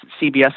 CBS